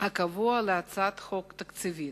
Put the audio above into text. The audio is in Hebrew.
הקבוע להצעת חוק תקציבית.